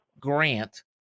grant